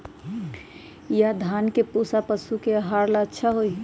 या धान के भूसा पशु के आहार ला अच्छा होई?